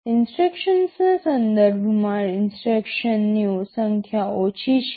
ઇન્સટ્રક્શન્સના સંદર્ભમાં ઇન્સટ્રક્શન્સની સંખ્યા ઓછી છે